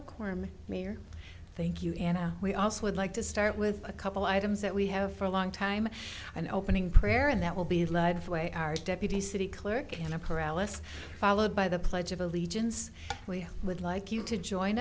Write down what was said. quorum mayor thank you and we also would like to start with a couple items that we have for a long time an opening prayer and that will be led away our deputy city clerk and the paralysis followed by the pledge of allegiance we would like you to join